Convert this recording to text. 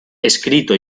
escrito